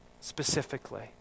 specifically